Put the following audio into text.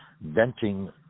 venting